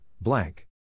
blank